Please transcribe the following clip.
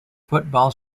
football